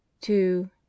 Two